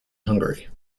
hungary